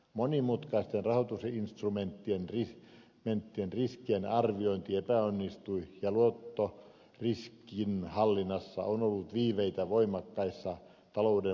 monimutkaisten rahoitusinstrumenttien riskien arviointi epäonnistui ja luottoriskin hallinnassa on ollut viiveitä voimakkaissa talouden muutostilanteissa